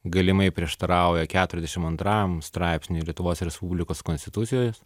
galimai prieštarauja keturiasdešim antram straipsniui lietuvos respublikos konstitucijos